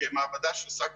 כמעבדה שעושה קורונה,